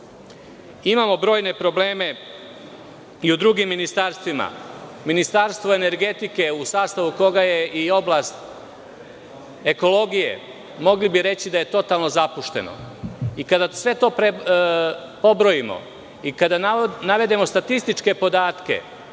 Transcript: Imamo brojne probleme i u drugim ministarstvima. Ministarstvo energetike, u sastavu koga je i oblast ekologije, mogli bi reći da je totalno zapušteno. Kada sve to pobrojimo i kada navedemo statističke podatke